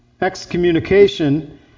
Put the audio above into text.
excommunication